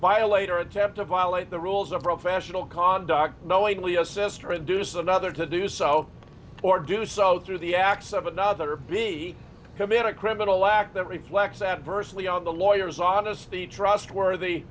violator attempt to violate the rules of professional conduct knowingly assist reduce another to do so or do so through the acts of another be committed a criminal act that reflects adversely on the lawyers honesty trustworthy